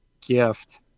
gift